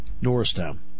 Norristown